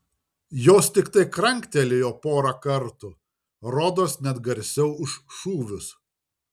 jos tiktai kranktelėjo porą kartų rodos net garsiau už šūvius